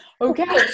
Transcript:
Okay